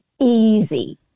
easy